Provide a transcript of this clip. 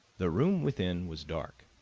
the room within was dark,